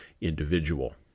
individual